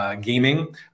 gaming